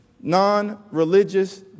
non-religious